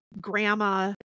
grandma